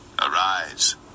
Arise